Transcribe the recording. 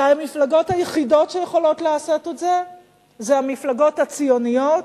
והמפלגות היחידות שיכולות לעשות את זה הן המפלגות הציוניות,